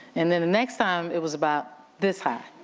and then the next time it was about this high,